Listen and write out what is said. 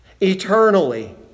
eternally